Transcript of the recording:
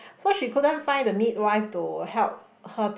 so she couldn't find the midwife to help her